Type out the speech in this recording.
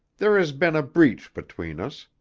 there has been a breach between us.